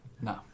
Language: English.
no